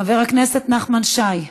חבר הכנסת נחמן שי,